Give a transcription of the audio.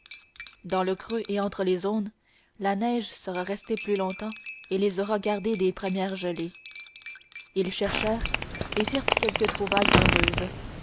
dans le creux et entre les aunes la neige sera restée plus longtemps et les aura gardés des dernières gelées ils cherchèrent et firent quelques trouvailles heureuses